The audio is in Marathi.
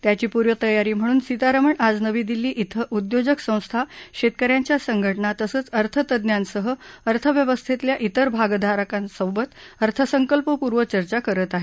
त्याची पूर्वतयारी म्हणून सीतारमण आज नवी दिल्ली क्रि उद्योजक संस्था शेतकऱ्यांच्या संघटना तसंच अर्थतज्ञांसह अर्थव्यवस्थस्तित्या त्रिर भागदारकांसोबत अर्थसंकल्पपूर्व चर्चा करत आहेत